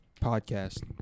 podcast